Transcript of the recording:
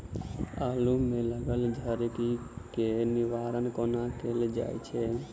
आलु मे लागल झरकी केँ निवारण कोना कैल जाय छै?